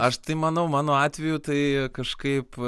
aš tai manau mano atveju tai kažkaip